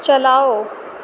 چلاؤ